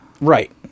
Right